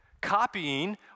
Copying